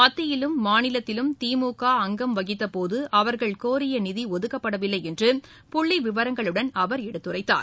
மத்தியிலும் மாநிலத்திலும் திமுக அங்கம் வகித்த போது அவர்கள் கோரிய நிதி ஒதுக்கப்படவில்லை என்று புள்ளி விவரங்களுடன் அவர் எடுத்துரைத்தார்